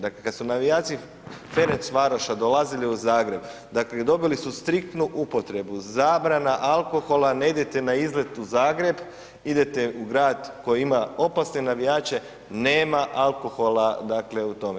Dakle kad su navijači Fenrencvaroša dolazili u Zagreb, dakle dobili su striktnu upotrebu, zabrana alkohola, ne idete na izlet u Zagreb, idete u grad koji ima opasne navijače, nema alkohola u tome.